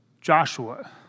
Joshua